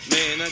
Man